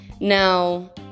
Now